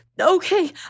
Okay